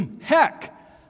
Heck